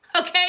okay